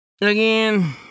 again